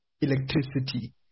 electricity